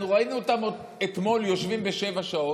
אנחנו ראינו אותם אתמול יושבים בשבע שעות,